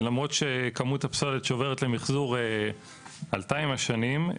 למרות שכמות הפסולת שעוברת למחזור עלתה עם השנים,